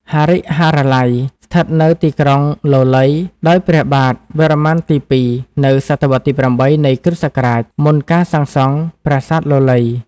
ហរិហរាល័យ ស្ថិតនៅទីក្រុងលលៃ ដោយព្រះបាទវរ្ម័នទី២ នៅសតវត្សរ៍ ទី៨ នៃគ្រិស្តសករាជ មុនការសាងសង់ ប្រាសាទលលៃ ។